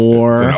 More